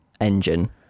engine